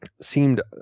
seemed